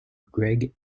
greg